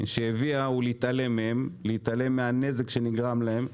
הביאה הוא להתעלם מהם ומהנזק שנגרם להם.